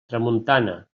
tramuntana